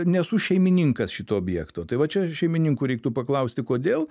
nesu šeimininkas šito objekto tai va čia šeimininkų reiktų paklausti kodėl